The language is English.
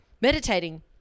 meditating